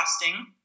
frosting